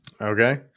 Okay